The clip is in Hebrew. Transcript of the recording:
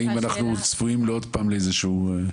האם אנחנו צפויים עוד פעם לאיזה שהוא?